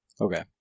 Okay